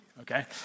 okay